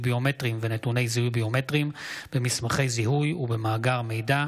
ביומטריים ונתוני זיהוי ביומטריים במסמכי זיהוי ובמאגר מידע,